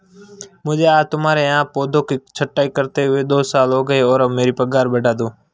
मुझे आज तुम्हारे यहाँ पौधों की छंटाई करते हुए दो साल हो गए है अब मेरी पगार बढ़ा दो